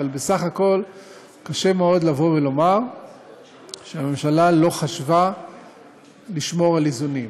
אבל בסך הכול קשה מאוד לבוא ולומר שהממשלה לא חשבה לשמור על איזונים.